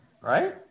right